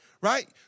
right